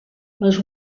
les